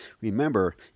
remember